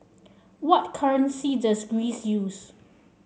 what currency does Greece use